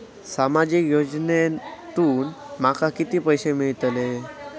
सामाजिक योजनेसून माका किती पैशे मिळतीत?